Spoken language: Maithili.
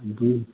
जी